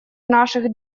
наших